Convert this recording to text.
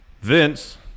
Vince